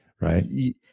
right